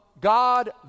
God